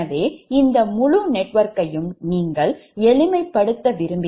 எனவே இந்த முழு நெட்வொர்க்கையும் நீங்கள் எளிமைப்படுத்த வேண்டும்